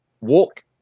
walk